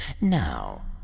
Now